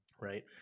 Right